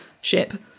ship